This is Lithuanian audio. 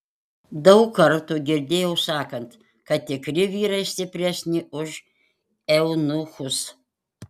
daug kartų girdėjau sakant kad tikri vyrai stipresni už eunuchus